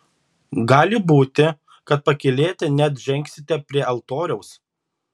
gali būti kad pakylėti net žengsite prie altoriaus